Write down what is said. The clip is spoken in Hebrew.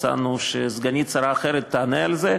והצענו שסגנית שרה אחרת תענה על זה.